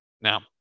Now